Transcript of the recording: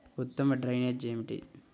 ఉత్తమ డ్రైనేజ్ ఏమిటి?